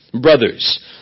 brothers